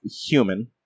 human